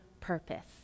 purpose